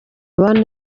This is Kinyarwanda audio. abandi